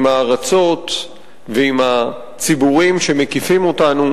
עם הארצות ועם הציבורים שמקיפים אותנו,